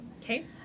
okay